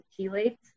chelates